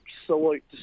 absolute